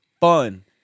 fun